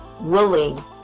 willing